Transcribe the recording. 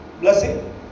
Blessing